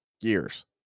years